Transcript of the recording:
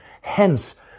Hence